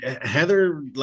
Heather